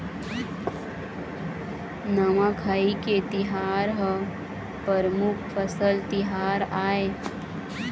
नवाखाई के तिहार ह परमुख फसल तिहार आय